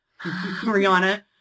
Rihanna